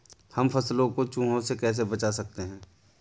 हम फसलों को चूहों से कैसे बचा सकते हैं?